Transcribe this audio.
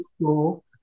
school